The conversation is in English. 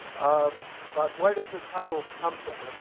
um but where does this title come from?